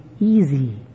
easy